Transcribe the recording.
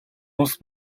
улс